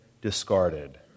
discarded